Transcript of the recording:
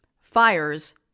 fires